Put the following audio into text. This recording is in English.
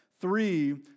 three